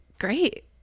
great